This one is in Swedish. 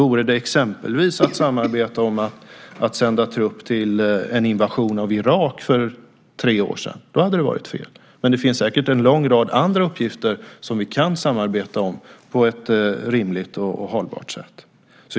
Om det exempelvis hade varit fråga om att samarbeta om att sända trupp för en invasion av Irak för tre år sedan hade det varit fel. Däremot finns det säkert en lång rad andra uppgifter som vi på ett rimligt och hållbart sätt kan samarbeta om.